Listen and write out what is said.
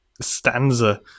stanza